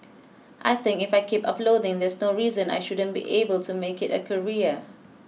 I think if I keep uploading there's no reason I shouldn't be able to make it a career